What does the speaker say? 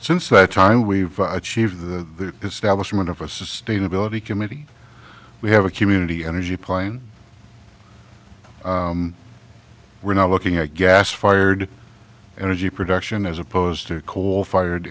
since that time we've achieved the establishment of a sustainability committee we have a community energy plan we're not looking at gas fired energy production as opposed to coal fired